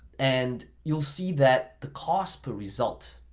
and you'll see that the cost per result,